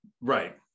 Right